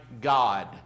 God